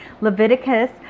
Leviticus